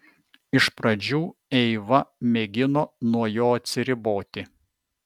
iš pradžių eiva mėgino nuo jo atsiriboti